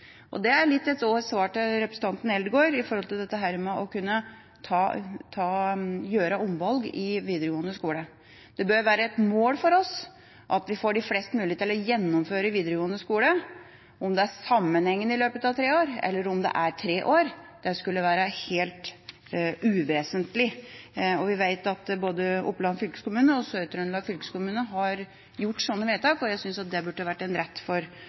det gjelder det å kunne gjøre omvalg i videregående skole. Det bør være et mål for oss at vi får flest mulig til å gjennomføre videregående skole. Om det er sammenhengende i løpet av tre år, eller om det er tre år, burde være helt uvesentlig. Vi vet at både Oppland fylkeskommune og Sør-Trøndelag fylkeskommune har gjort slike vedtak, og jeg synes at det burde vært en rett for